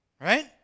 Right